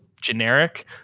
generic